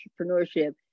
entrepreneurship